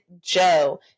Joe